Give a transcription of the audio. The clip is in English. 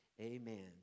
Amen